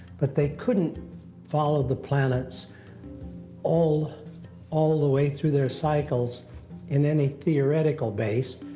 but they couldn't follow the planets all all the way through their cycles in any theoretical base.